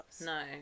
No